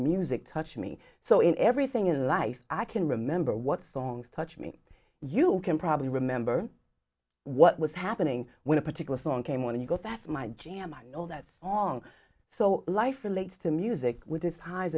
music touch me so in everything in life i can remember what songs touch me you can probably remember what was happening when a particular song came when you got that my jam i know that's aung so life relates to music with its highs